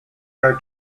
her